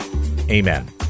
Amen